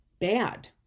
bad